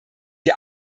sie